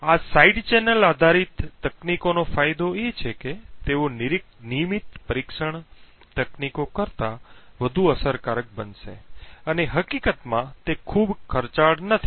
આ side channel આધારિત તકનીકોનો ફાયદો એ છે કે તેઓ નિયમિત પરીક્ષણ તકનીકો કરતા વધુ અસરકારક બનશે અને હકીકતમાં તે ખૂબ ખર્ચાળ નથી